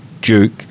Duke